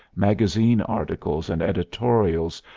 magazine articles and editorials,